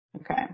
Okay